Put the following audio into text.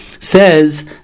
says